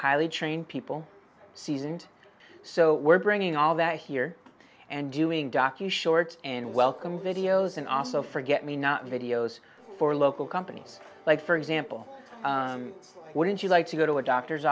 highly trained people seasoned so we're bringing all that here and doing docu shorts and welcome videos and also forget me not videos for local companies like for example wouldn't you like to go to a doctor's